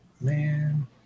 Man